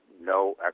no